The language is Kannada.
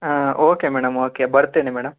ಹಾಂ ಓಕೆ ಮೇಡಮ್ ಓಕೆ ಬರ್ತೀನಿ ಮೇಡಮ್